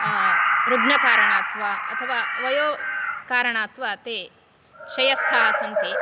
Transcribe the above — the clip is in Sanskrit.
रुग्णकारणात् वा अथवा वयो कारणात् वा ते शय्यास्थाः सन्ति